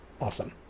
awesome